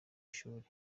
ishuli